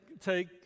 take